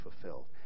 fulfilled